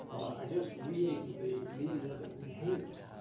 i guess reading the media that we hate